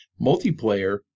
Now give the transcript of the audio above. multiplayer